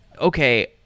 okay